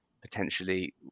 potentially